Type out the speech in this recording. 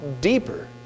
deeper